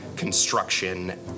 construction